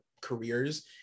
careers